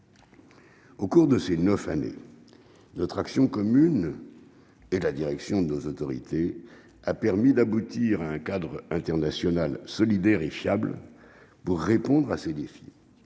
Au cours de ces 9 années notre action commune et la direction de nos autorités a permis d'aboutir à un cadre international solidaire et fiable pour répondre à ce défi,